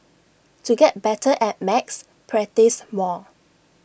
to get better at maths practise more